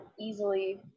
easily